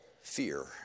fear